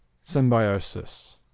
symbiosis